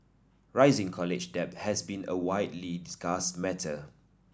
rising college debt has been a widely discussed matter